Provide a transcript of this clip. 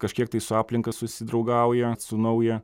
kažkiek tai su aplinka susidraugauja su nauja